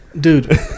dude